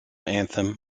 anthem